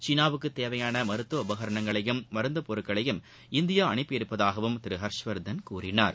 சீனாவுக்கு தேவையான மருத்துவ உபகரணங்களையும் மருந்து பொருட்களையும் இந்தியா அனுப்பி உள்ளதாகவும் திரு ஹர்ஷவர்தன் கூறினார்